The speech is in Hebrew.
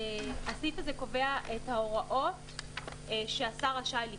הסעיף הזה קובע את התנאים שרשאי השר